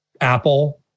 Apple